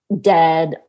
dead